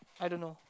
I don't know